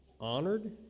honored